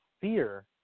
fear